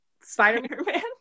Spider-Man